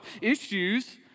issues